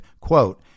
quote